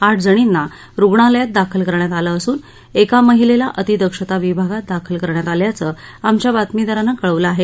आठ जणींना रुग्णालयात दाखल करण्यात आलं असून एका महिलेला अतिदक्षता विभागात दाखल करण्यात आल्याचं आमच्या बातमीदारांन कळवलं आहे